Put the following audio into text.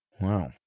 Wow